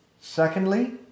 Secondly